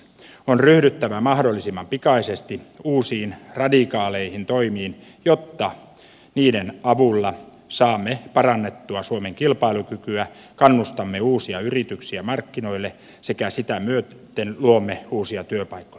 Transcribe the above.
on ryhdyttävä mahdollisimman pikaisesti uusiin radikaaleihin toimiin jotta niiden avulla saamme parannettua suomen kilpailukykyä kannustamme uusia yrityksiä markkinoille sekä sitä myöten luomme uusia työpaikkoja